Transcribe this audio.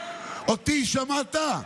אותי שמעת?